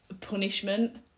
punishment